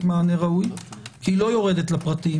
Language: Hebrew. מענה ראוי כי היא לא יורדת לפרטים.